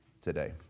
today